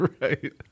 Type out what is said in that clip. right